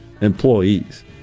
employees